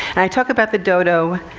and i talk about the dodo,